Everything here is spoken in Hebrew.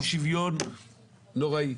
אי שוויון נוראי.